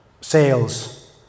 sales